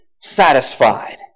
satisfied